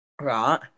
Right